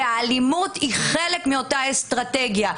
והאלימות היא חלק מאותה אסטרטגיה.